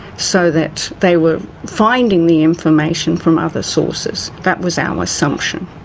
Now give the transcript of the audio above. so that they were finding the information from other sources. that was our assumption.